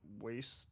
waste